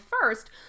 first